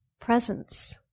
presence